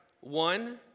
one